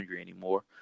anymore